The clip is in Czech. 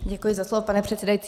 Děkuji za slovo, pane předsedající.